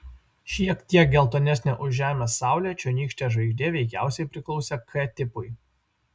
šiek tiek geltonesnė už žemės saulę čionykštė žvaigždė veikiausiai priklausė k tipui